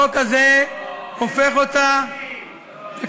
החוק הזה הופך אותה, לא, לא.